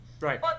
Right